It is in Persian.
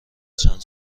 چند